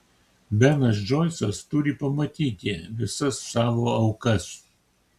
benas džoisas turi pamatyti visas savo aukas